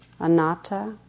anatta